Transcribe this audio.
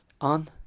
on